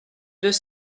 deux